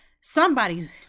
somebody's